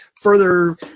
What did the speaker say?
further